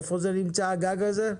איפה זה נמצא, הגג הזה?